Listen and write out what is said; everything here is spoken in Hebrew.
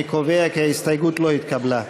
אני קובע כי ההסתייגות לא התקבלה.